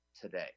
Today